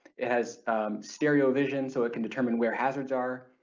it has stereo vision so it can determine where hazards are,